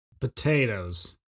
Potatoes